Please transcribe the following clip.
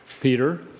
Peter